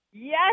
Yes